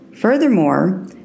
Furthermore